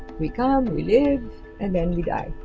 we come, we live and then we die.